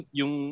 yung